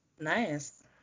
Nice